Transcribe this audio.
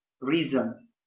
reason